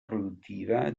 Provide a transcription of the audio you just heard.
produttiva